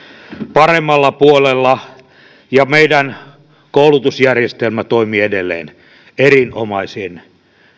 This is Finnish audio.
paremmalla puolella ja meidän koulutusjärjestelmämme toimii edelleen erinomaisen